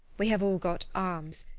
we have all got arms,